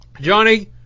Johnny